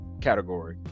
category